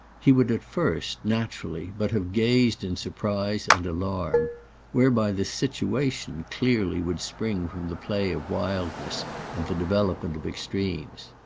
he would at first, naturally, but have gazed in surprise and alarm whereby the situation clearly would spring from the play of wildness and the development of extremes.